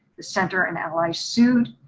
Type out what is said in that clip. the center and allies sued.